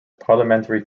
parliamentary